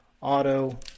auto